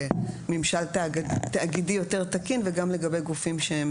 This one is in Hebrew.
כממשל תאגידי יותר תקין וגם לגבי גופים שהם